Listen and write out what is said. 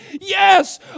Yes